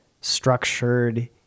structured